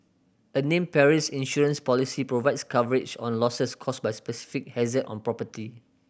a named perils insurance policy provides coverage on losses caused by specific hazard on property